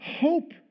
hope